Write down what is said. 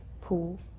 pool